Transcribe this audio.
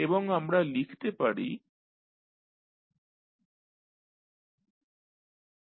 এবং আমরা লিখতে পারি ytCxtDu